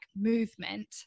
movement